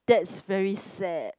that's very sad